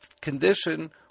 condition